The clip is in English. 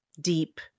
deep